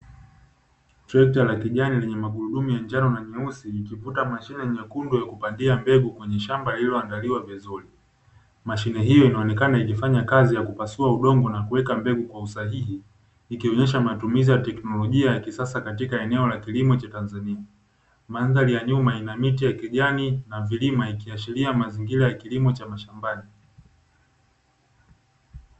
Trekta la kijani lenye magurudumu ya njano na nyeusi ikivuta mashine nyekundu ya kupandia mbegu kwenye shamba lililo andaliwa vizuri. Mashine hio inaonekana ikifanya kazi ya kupasua udongo na kuweka mbegu kwa usahihi ikionyesha matumizi ya teknolojia ya kisasa katika eneo la kilimo cha Tanzania. Mandhari ya nyuma ina miti ya kijani na vilima, ikiashiria mazingira ya kilimo cha mashambani.